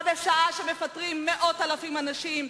בשעה שמפטרים מאות אלפי אנשים,